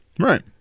Right